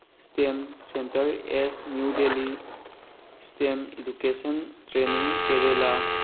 system centre as New Delhi system education training Kerala